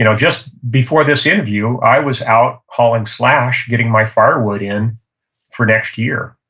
you know just before this interview, i was out hauling slash, getting my firewood in for next year.